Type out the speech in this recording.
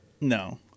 No